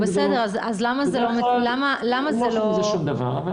בדרך כלל הם לא עושים עם זה שום דבר.